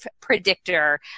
predictor